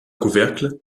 couvercle